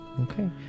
Okay